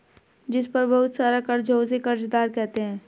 जिस पर बहुत सारा कर्ज हो उसे कर्जदार कहते हैं